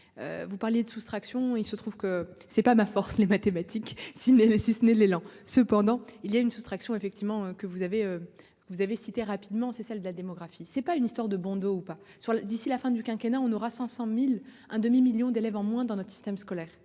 Vous parliez de soustraction. Il se trouve que c'est pas ma force les mathématiques si même si ce n'est l'élan cependant il y a une soustraction effectivement que vous avez, vous avez cité rapidement, c'est celle de la démographie, c'est pas une histoire de Bondo ou pas sur d'ici la fin du quinquennat, on aura 500.000 un demi million d'élèves en moins dans notre système scolaire.